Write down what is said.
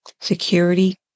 security